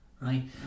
Right